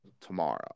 tomorrow